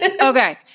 Okay